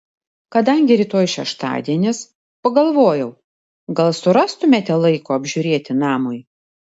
kadangi rytoj šeštadienis pagalvojau gal surastumėte laiko apžiūrėti namui